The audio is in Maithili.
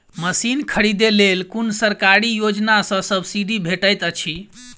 मशीन खरीदे लेल कुन सरकारी योजना सऽ सब्सिडी भेटैत अछि?